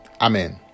Amen